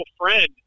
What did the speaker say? Friend